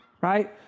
Right